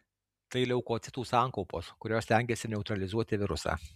tai leukocitų sankaupos kurios stengiasi neutralizuoti virusą